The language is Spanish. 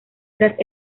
tras